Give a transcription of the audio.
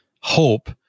hope